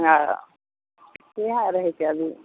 हँ इएह रहैत छै